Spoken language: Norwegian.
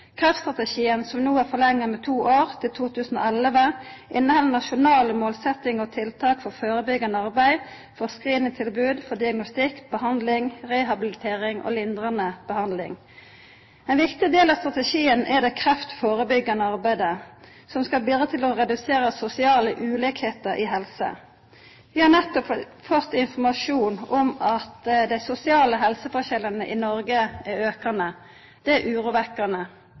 Kreftstrategien, som no er forlengd med to år, til 2011, inneheld nasjonale målsetjingar og tiltak for førebyggjande arbeid, screeningtilbod, diagnostikk, behandling, rehabilitering og lindrande behandling. Ein viktig del av strategien er at det kreftførebyggjande arbeidet skal bidra til å redusera sosiale ulikheiter på helseområdet. Vi har nettopp fått informasjon om at dei sosiale helseforskjellane i Noreg er aukande. Det er